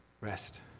rest